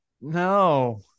no